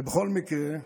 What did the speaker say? ובכל מקרה,